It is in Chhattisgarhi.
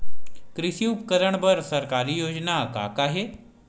कृषि उपकरण बर सरकारी योजना का का हे?